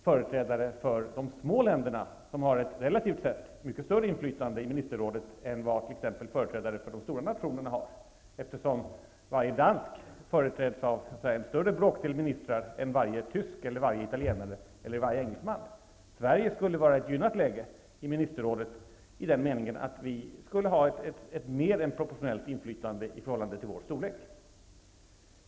Företrädarna för de små länderna har ett relativt sett större inflytande i ministerrådet än företrädarna för de stora nationerna, eftersom varje dansk företräds av en större bråkdel ministrar än varje tysk eller varje italienare. Sverige skulle få ett gynnat läge i ministerrådet i den meningen att vi skulle ha mer än ett proportionellt inflytande i förhållande till vår storlek.